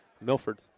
Milford